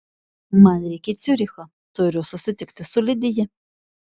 man reikia į ciurichą turiu susitikti su lidija